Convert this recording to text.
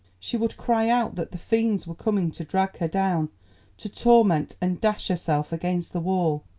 she would cry out that the fiends were coming to drag her down to torment, and dash herself against the wall,